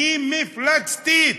מפלצתית.